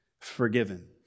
forgiven